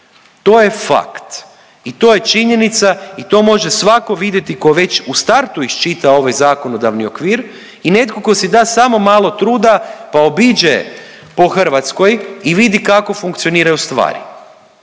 To je fakt i to je činjenica i to može svako vidjeti ko već u startu iščita ovaj zakonodavni okvir i netko to si da samo malo truda pa obiđe po Hrvatskoj i vidi kako funkcioniraju stvari.